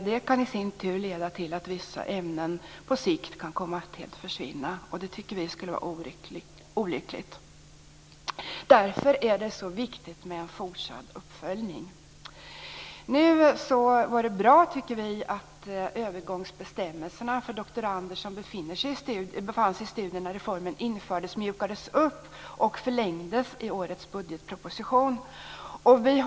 Det kan i sin tur leda till att vissa ämnen på sikt helt försvinner. Det tycker vi skulle vara olyckligt. Därför är det mycket viktigt med en fortsatt uppföljning. Vi tycker att det är bra att övergångsbestämmelserna för doktorander som befann sig i studier när reformen infördes har mjukats upp och förlängts i årets budgetproposition.